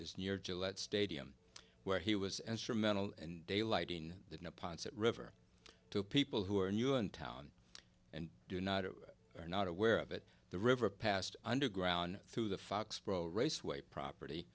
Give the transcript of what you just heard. is near gillette stadium where he was extra mental and daylight in the neponset river to people who are new in town and do not are not aware of it the river passed underground through the foxboro raceway property